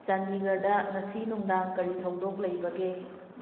ꯆꯥꯟꯗꯤꯒꯔꯗ ꯉꯁꯤ ꯅꯨꯡꯗꯥꯡ ꯀꯔꯤ ꯊꯧꯗꯣꯛ ꯂꯩꯕꯒꯦ